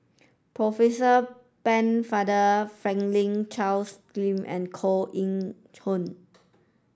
Percy Pennefather Franklin Charles Gimson and Koh Eng Hoon